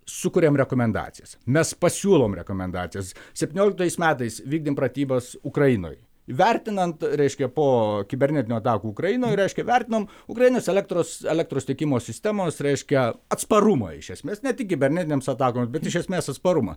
sukuriam rekomendacijas mes pasiūlom rekomendacijas septynioliktais metais vykdėm pratybas ukrainoj vertinant reiškia po kibernetinių atakų ukrainoj reiškia vertinom ukrainos elektros elektros tiekimo sistemos reiškia atsparumą iš esmės ne tik kibernetinėms atakoms bet iš esmės atsparumą